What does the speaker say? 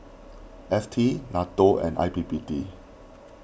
F T Nato and I P P T